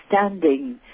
understanding